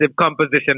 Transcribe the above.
composition